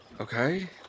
Okay